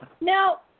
Now